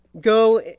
Go